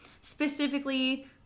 specifically